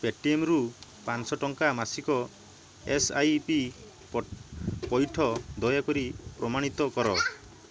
ପେଟିଏମ୍ରୁ ପାଞ୍ଚଶହ ଟଙ୍କା ମାସିକ ଏସ୍ ଆଇ ପି ପଇଠ ଦୟାକରି ପ୍ରମାଣିତ କର